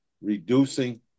reducing